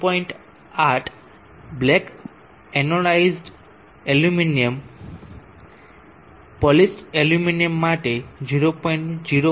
8 black anodized aluminium polished aluminium માટે 0